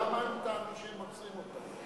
למה הם טענו שהם עוצרים אותם?